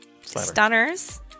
stunners